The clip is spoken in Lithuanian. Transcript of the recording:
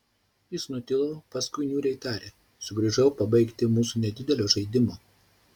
jis nutilo paskui niūriai tarė sugrįžau pabaigti mūsų nedidelio žaidimo